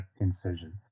incision